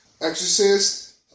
Exorcist